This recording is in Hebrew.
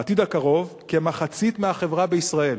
בעתיד הקרוב, כמחצית מהחברה בישראל